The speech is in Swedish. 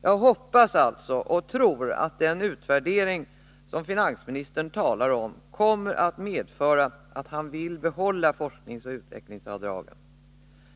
Jag hoppas alltså och tror att den utvärdering som finarisministern talar om kommer att medföra att han vill behålla forskningsoch utvecklingsavdragen.